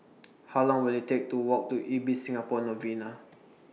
How Long Will IT Take to Walk to Ibis Singapore Novena